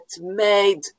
made